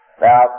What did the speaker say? now